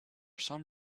some